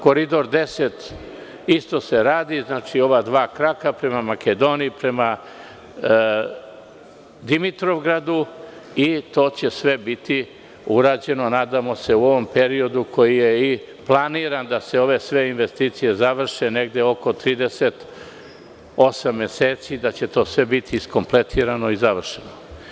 Koridor 10 isto se radi znači ova dva kraka prema Makedoniji, prema Dimitrovgradu i to će sve biti urađeno nadamo se u ovom periodu koji je i planiran da se ove sve investicije završen negde oko 38 meseci, da će to sve biti iskompletirano i završeno.